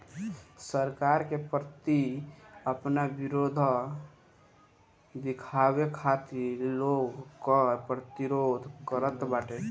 सरकार के प्रति आपन विद्रोह दिखावे खातिर लोग कर प्रतिरोध करत बाटे